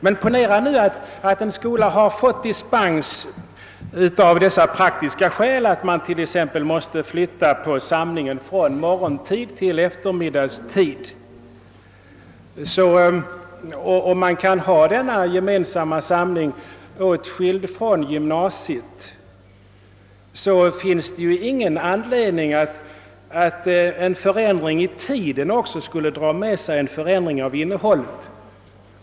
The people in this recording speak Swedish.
Ponera emellertid att en skola fått dispens av praktiska skäl t.ex. därför att man måste flytta samlingen från morgontid till eftermiddagstid och att denna skola kan ha denna gemensamma samling åtskild från gymnasiet. I sådant fall finns det väl ingen anledning till att en förändring av tidpunkten också skall dra med sig en förändring av innehållet.